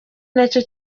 nacyo